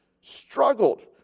struggled